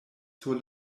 sur